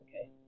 okay